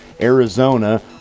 Arizona